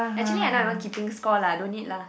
actually I not even keeping score lah no need lah